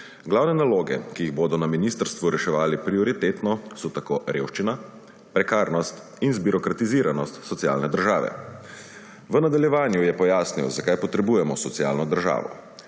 Glavne naloge, ki jih bodo na ministrstvu reševali prioritetno, so tako: revščina, prekarnost in zbirokratiziranost socialne države. V nadaljevanju je pojasnil, zakaj potrebujemo socialno državo.